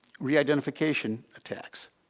reidentification attacks.